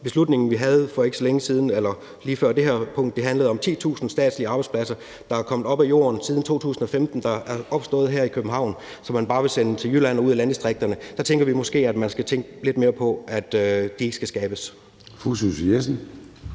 beslutningsforslaget, vi havde på lige før det her punkt, handlede om 10.000 statslige arbejdspladser, der er dukket op af jorden siden 2015, der er opstået her i København, og som man bare vil sende til Jylland og ud i landdistrikterne. Der tænker vi måske, at man skal tænke lidt mere på, at de ikke skal skabes.